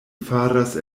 faras